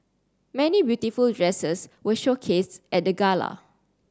many beautiful dresses were showcased at the gala